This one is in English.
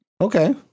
Okay